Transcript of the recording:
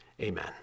amen